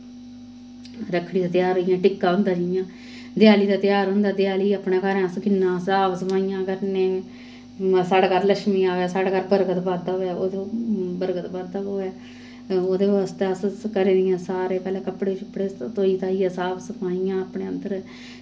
रक्खड़ी दा तेहार होई गेआ टिक्का होंदा जि'यां देआली दा तेहार होंदा देआली अपने घरैं अस किन्ना साफ सफाइयां करनें साढ़े घर लक्ष्मी आए साढ़ै घर बरकत बाद्धा होऐ ओह्दे बरकत बाद्धा पवै ओह्दे आस्तै अस घरै दियां सारै पैह्लें कपड़े शपड़े धोई धाइयै साफ सफाइयां अपने अन्दर